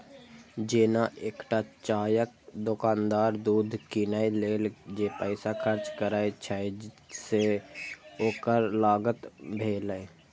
जेना एकटा चायक दोकानदार दूध कीनै लेल जे पैसा खर्च करै छै, से ओकर लागत भेलै